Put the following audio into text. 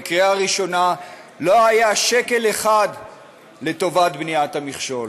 בקריאה ראשונה לא היה שקל אחד לטובת בניית המכשול.